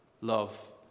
Love